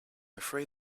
afraid